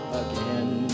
again